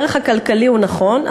הערך הכלכלי הוא נכון,